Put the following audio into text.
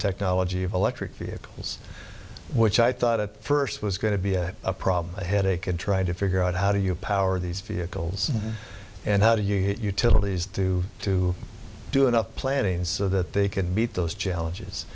technology of electric vehicles which i thought at first was going to be a problem a headache and trying to figure out how do you power these vehicles and how do you get utilities to to do enough planning so that they could beat those challenges